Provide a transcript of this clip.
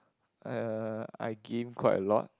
uh I game quite a lot